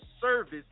service